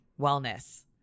wellness